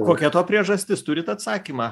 kokia to priežastis turit atsakymą